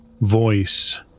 voice